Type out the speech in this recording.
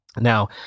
Now